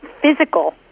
physical